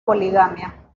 poligamia